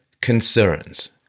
concerns